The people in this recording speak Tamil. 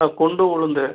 குண்டு உளுந்து